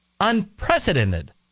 unprecedented